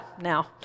now